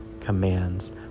commands